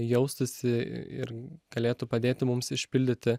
jaustųsi ir galėtų padėti mums išpildyti